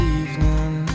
evening